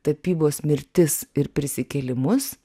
tapybos mirtis ir prisikėlimus